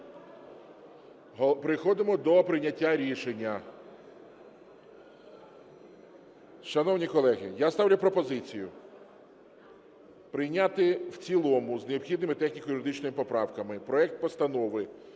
Переходимо до прийняття рішення. Шановні колеги, я ставлю пропозицію прийняти в цілому з необхідними техніко-юридичними поправками проект Постанови